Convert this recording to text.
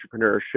entrepreneurship